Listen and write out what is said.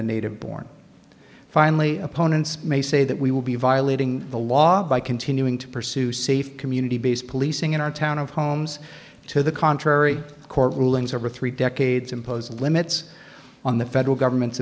the native born finally opponents may say that we will be violating the law by continuing to pursue safe community based policing in our town of holmes to the contrary court rulings over three decades imposed limits on the federal government's